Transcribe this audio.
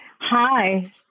Hi